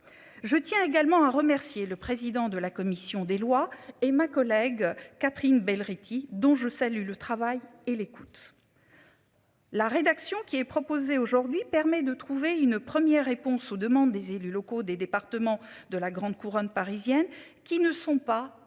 Je tiens également à remercier le président de la commission des lois et ma collègue Catherine Belghiti dont je salue le travail et l'écoute. La rédaction qui est proposée aujourd'hui permet de trouver une première réponse aux demandes des élus locaux des départements de la grande couronne parisienne qui ne sont pas ou